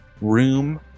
room